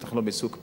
בטח לא מסוג פשע,